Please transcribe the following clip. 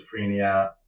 schizophrenia